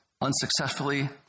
unsuccessfully